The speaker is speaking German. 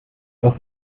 aus